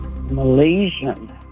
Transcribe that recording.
Malaysian